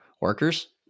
workers